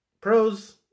Pros